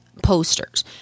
posters